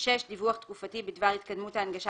ודיווח תקופתי בדבר התקדמות ההנגשה